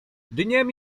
dniem